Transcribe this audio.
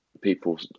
people